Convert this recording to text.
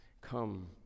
come